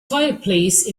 fireplace